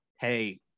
hey